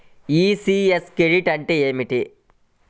ECS credit అంటే ఏమిటి?